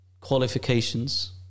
qualifications